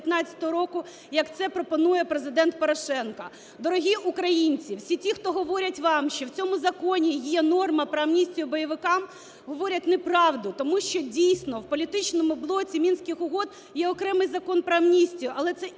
Дорогі українці, всі ті, хто говорять вам, що в цьому законі є норма про амністію бойовикам, говорять неправду, тому що дійсно в політичному блоці Мінських угод є окремий Закон про амністію,